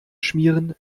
schmieren